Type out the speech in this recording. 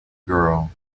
girl